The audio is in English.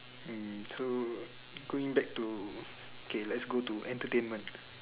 mm true going back to okay let's go to entertainment